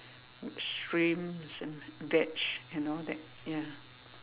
shrimps and veg and all that ya